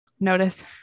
Notice